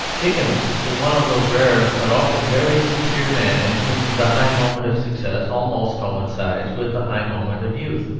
dickens was one of those rare but often very sincere men in whom the high moment of success almost coincides with the high moment of youth.